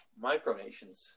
micronations